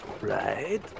Right